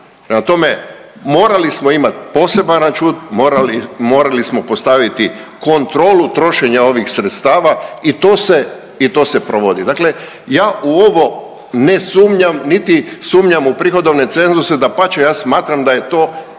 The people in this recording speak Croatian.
tome, morali smo imati poseban račun, morali smo postaviti kontrolu trošenja ovih sredstava i to se, i to se provodi. Dakle, ja u ovo ne sumnjam niti sumnjam u prihodovne cenzuse, dapače ja smatram da je to